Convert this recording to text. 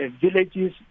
villages